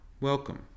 welcome